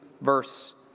verse